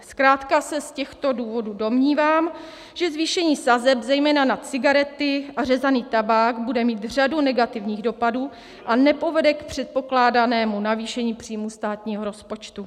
Zkrátka se z těchto důvodů domnívám, že zvýšení sazeb zejména na cigarety a řezaný tabák bude mít řadu negativních dopadů a nepovede k předpokládanému navýšení příjmů státního rozpočtu.